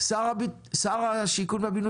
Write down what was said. שר הבינוי והשיכון הביא